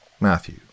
Matthew